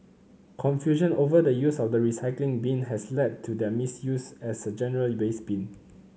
confusion over the use of the recycling bin has led to their misuse as a general waste bin